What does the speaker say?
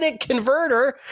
converter